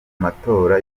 matora